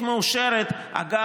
במקום לשווק 10,000 יחידות דיור,